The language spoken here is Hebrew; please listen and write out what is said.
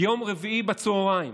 ביום רביעי בצוהריים